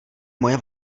moje